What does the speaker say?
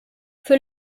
für